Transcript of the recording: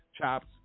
chops